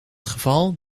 geval